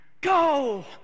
Go